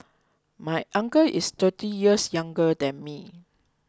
my uncle is thirty years younger than me